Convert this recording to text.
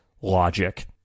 logic